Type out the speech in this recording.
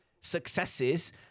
successes